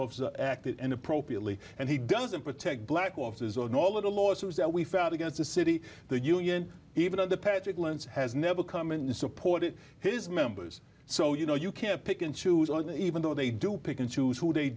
officers acted inappropriately and he doesn't protect black officers and all of the lawsuits that we found against the city the union even of the patrick lynch has never come in to support it his members so you know you can't pick and choose even though they do pick and choose who they